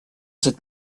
cette